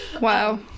Wow